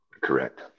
Correct